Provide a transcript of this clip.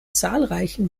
zahlreichen